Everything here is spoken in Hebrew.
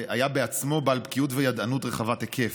והוא עצמו היה בעל בקיאות וידענות רחבת היקף.